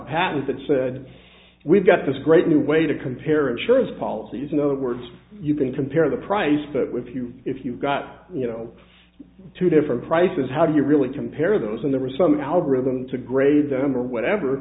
patent that said we've got this great new way to compare insurance policies in other words you can compare the price but with you if you've got you know two different prices how do you really compare those and there are some algorithm to grade them or whatever